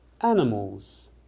animals